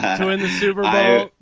to win the super bowl.